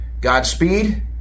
Godspeed